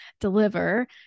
deliver